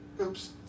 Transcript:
Oops